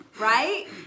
right